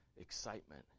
excitement